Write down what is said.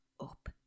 up